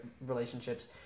relationships